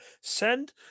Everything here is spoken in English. send